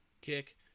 kick